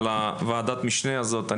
על ועדת המשנה הזאת.